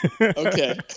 Okay